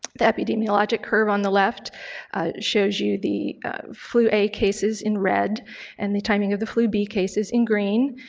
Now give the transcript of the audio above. the epidemiologic curve on the left shows you the flu a cases in red and the timing of the flu b cases in green,